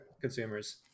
consumers